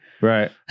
Right